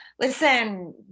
listen